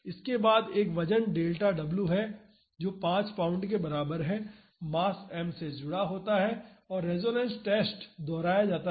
इसके बाद एक वजन डेल्टा w जो 5 पाउंड के बराबर है मास m से जुड़ा होता है और रेसोनेंस टेस्ट दोहराया जाता है